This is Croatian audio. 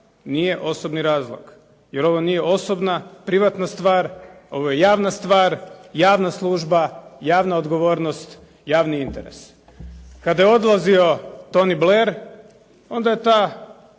nije osobni razlog jer ovo nije osobna privatna stvar, ovo je javna stvar, javna služba, javna odgovornost, javni interes. Kada je odlazio Tony Blair onda je ta